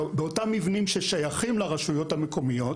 באותם מבנים ששייכים לרשויות המקומיות,